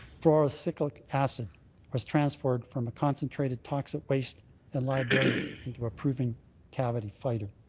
fluoro cyclic acid was transported from a concentrated toxic waste and like into a proven cavity fighter.